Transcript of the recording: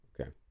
Okay